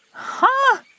huh?